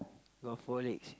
got four legs